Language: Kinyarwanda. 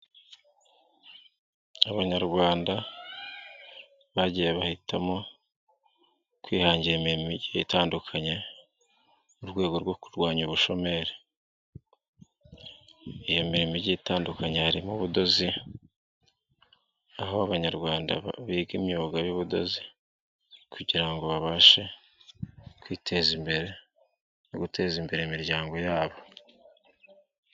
Abanyarwanda bagiye bahitamo kwihangira imirimo igiye itandukanye mu rwogo kurwanya ubushomeri, iyo mirimo igiye itandukanye harimo ubudozi, aho Abanyarwanda biga imyuga y'ubudozi kugirango babashe kwiteza imbere noguteza imbere imiryango yabo.